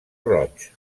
roig